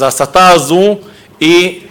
ההסתה הזאת לא מקובלת,